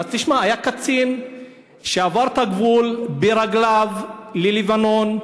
תשמע, היה קצין שעבר את הגבול ברגליו ללבנון,